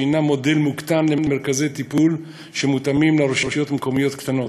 שהם מודל מוקטן למרכזי טיפול שמותאמים לרשויות מקומיות קטנות.